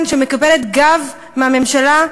שמקבלת גב מהממשלה,